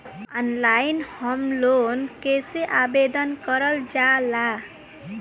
Online home loan कैसे आवेदन करल जा ला?